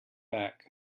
back